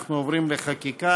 אנחנו עוברים לחקיקה.